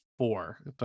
four